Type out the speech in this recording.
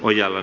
ojalan